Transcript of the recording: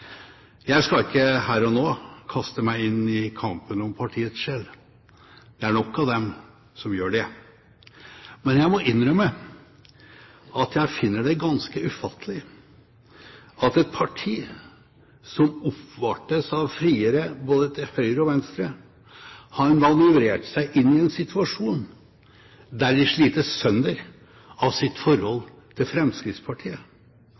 Jeg skal ikke her og nå kaste meg inn i kampen om partiets sjel. Det er nok av dem som gjør det. Men jeg må innrømme at jeg finner det ganske ufattelig at et parti som oppvartes av friere både til høyre og til venstre, har manøvrert seg inn i en situasjon der de slites sønder av sitt